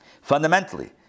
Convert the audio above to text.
Fundamentally